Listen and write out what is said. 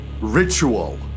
ritual